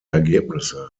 ergebnisse